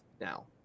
now